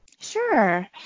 Sure